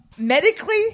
medically